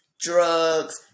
drugs